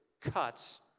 cuts